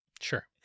Sure